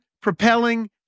propelling